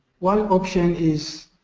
one option is